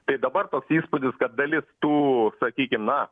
tai dabar toks įspūdis kad dalis tų sakykim na